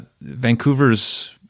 Vancouver's